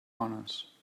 honors